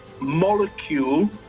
molecule